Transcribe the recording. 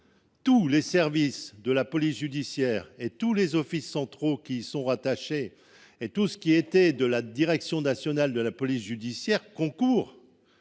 Tous les services de la police judiciaire, tous les offices centraux qui y sont rattachés et tous les organes relevant de la direction nationale de la police judiciaire (DNPJ) concourent